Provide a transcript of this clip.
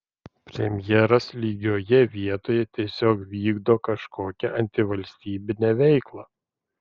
premjeras lygioje vietoj tiesiog vykdo kažkokią antivalstybinę veiklą